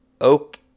Oak